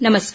नमस्कार